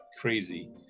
crazy